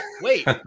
wait